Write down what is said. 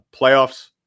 playoffs